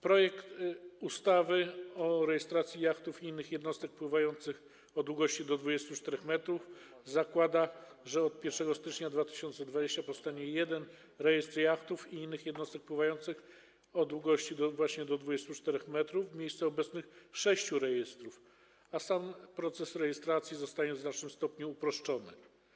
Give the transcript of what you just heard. Projekt ustawy o rejestracji jachtów i innych jednostek pływających o długości do 24 m zakłada, że od 1 stycznia 2020 r. powstanie jeden rejestr jachtów i innych jednostek pływających o długości właśnie do 24 m w miejsce obecnych sześciu rejestrów, a sam proces rejestracji zostanie w znacznym stopniu uproszczony.